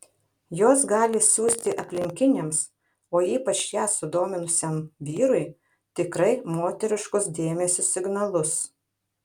jos gali siųsti aplinkiniams o ypač ją sudominusiam vyrui tikrai moteriškus dėmesio signalus